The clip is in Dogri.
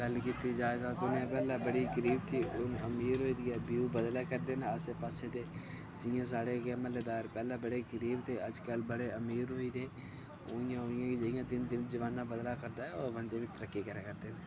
गल्ल कीती जा तां दुनिया पैह्ले बड़ी गरीब थी हुन अमीर होई दी ऐ व्यू बदलै करदे न आस्से पास्से दे जियां साढ़े गै म्हल्लेदार पैह्ले बड़े गरीब थे अज्ज्कल बड़े अमीर होई दे ओह् इयां होई दे जियां दिन दिन जमाना बदलै करदा ऐ होर बंदे बी तरक्की करै करदे न